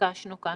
שביקשנו כאן.